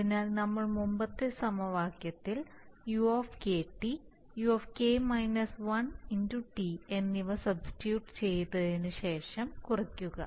അതിനാൽ നമ്മൾ മുമ്പത്തെ സമവാക്യത്തിൽ u u T എന്നിവ സബ്സ്റ്റിറ്റ്യൂട്ട് ചെയ്തതിനുശേഷം കുറയ്ക്കുക